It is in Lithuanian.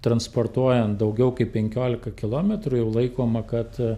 transportuojant daugiau kaip penkiolika kilometrų jau laikoma kad